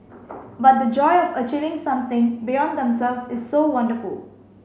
but the joy of achieving something beyond themselves is so wonderful